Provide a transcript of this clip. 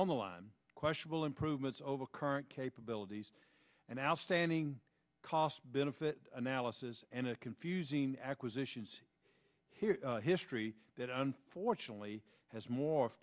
on the line question will improvements over current capabilities and outstanding cost benefit analysis and confusing acquisitions history that unfortunately has mor